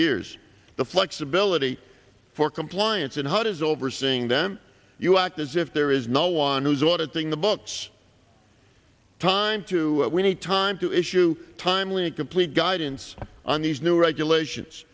years the flexibility for compliance and what is overseeing them you act as if there is no one who's auditing the books time to we need time to issue timely and complete guidance on these new regulations